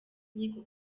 inkiko